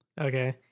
Okay